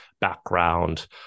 background